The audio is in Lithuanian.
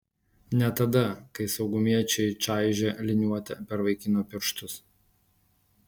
ne tada kai saugumiečiai čaižė liniuote per vaikino pirštus